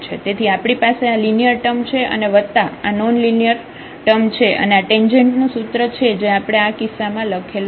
તેથી આપણી પાસે આ લિનિયર ટર્મ છે અને વત્તા આ નોન લિનિયર ટર્મ છે અને આ ટેંજેન્ટ નું સૂત્ર છે જે આપણે આ કિસ્સામાં લખેલું છે